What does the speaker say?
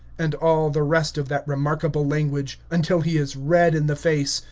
and all the rest of that remarkable language, until he is red in the face,